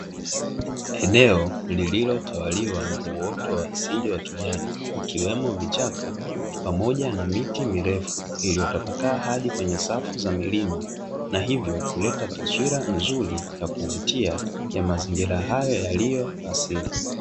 Eneo lililotawaliwa na uoto wa asili wa kijani, ikiwemo vichaka pamoja na miti mirefu; iliyotapakaa hadi kwenye safu za milima na hivyo kuleta taswira nzuri ya kuvutia, ya mazingira hayo yaliyo asili.